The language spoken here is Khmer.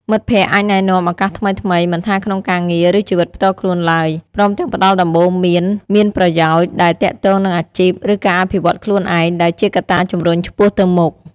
មិត្តភក្តិអាចណែនាំឱកាសថ្មីៗ មិនថាក្នុងការងារ ឬជីវិតផ្ទាល់ខ្លួនឡើយ ព្រមទាំងផ្ដល់ដំបូន្មានមានប្រយោជន៍ដែលទាក់ទងនឹងអាជីព ឬការអភិវឌ្ឍន៍ខ្លួនឯង ដែលជាកត្តាជំរុញឆ្ពោះទៅមុខ។